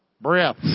Breath